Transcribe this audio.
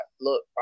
look